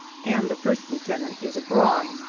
and the first lieutenant is abroad.